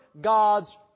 God's